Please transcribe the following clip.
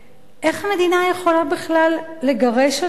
איך מדינה יכולה בכלל לגרש אותם?